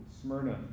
Smyrna